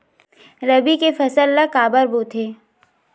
रबी के फसल ला काबर बोथे?